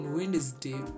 Wednesday